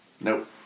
Nope